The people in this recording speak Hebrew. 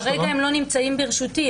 כרגע הם לא נמצאים ברשותי,